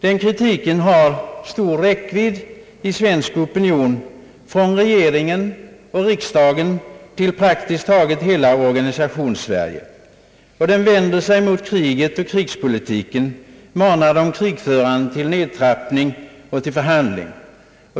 Denna kritik har stor räckvidd i svensk opinion, från regeringen och riksdagen, till praktiskt taget hela Organisations-Sverige. Kritiken vänder sig mot kriget och krigspolitiken, manar de krigförande till nedtrappning och förhandling.